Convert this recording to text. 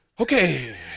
Okay